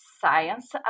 science